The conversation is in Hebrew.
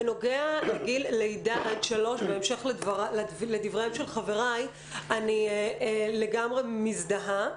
בנוגע לגיל של לידה עד שלוש אני לגמרי מזדהה,